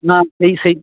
না এই সেই